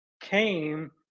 came